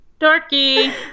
dorky